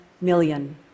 million